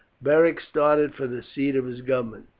beric started for the seat of his government,